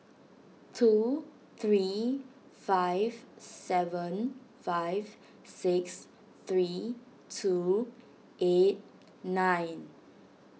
two three five seven five six three two eight nine